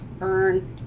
earn